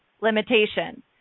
limitation